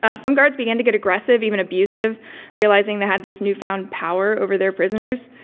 ah some guards began to get aggressive even abusive realizing they had this new-found power over their prisoners.